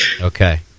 Okay